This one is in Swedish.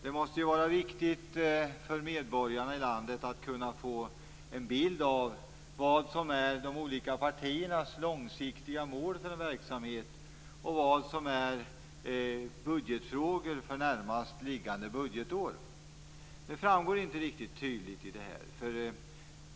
Det måste vara viktigt att medborgarna i landet får en bild av vad som är de olika partiernas långsiktiga mål för en verksamhet och vad som är budgetfrågor för närmast liggande budgetår. Det framgår inte riktigt tydligt nu.